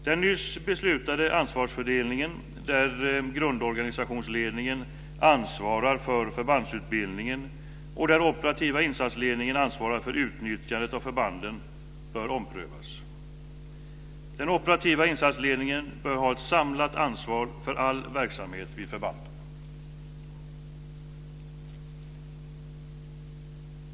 Den nyss beslutade ansvarsfördelningen där grundorganisationsledningen ansvarar för förbandsutbildningen och där den operativa insatsledningen ansvarar för utnyttjandet av förbanden bör omprövas. Den operativa insatsledningen bör ha ett samlat ansvar för all verksamhet vid förbanden.